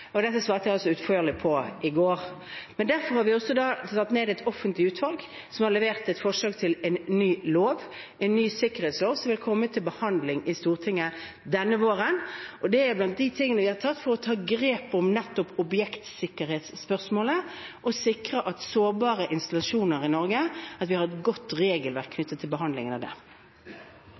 Dette svarte jeg utførlig på i går. Derfor har vi satt ned et offentlig utvalg, som har levert et forslag til en ny lov, en ny sikkerhetslov, som vil komme til behandling i Stortinget denne våren. Det er blant de tingene vi har gjort for å ta grep om nettopp objektsikkerhetsspørsmålet, og for å sikre at vi har et godt regelverk knyttet til behandlingen av sårbare installasjoner i Norge. Jeg ba ikke om den redegjørelsen. Jeg spurte om statsministeren hadde styringen. Det